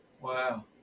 Wow